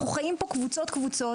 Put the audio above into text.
אנחנו חיים פה קבוצות קבוצות,